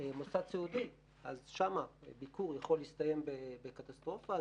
במוסד סיעודי הביקור יכול להסתיים בקטסטרופה.